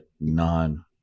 non-